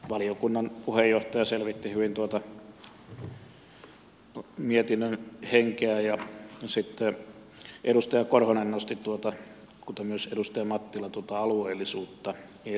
valiokunnan puheenjohtaja selvitti hyvin tuota mietinnön henkeä ja sitten edustaja korhonen kuten myös edustaja mattila nosti tuota alueellisuutta esiin